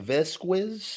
Vesquez